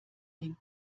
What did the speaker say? den